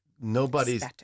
nobody's